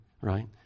right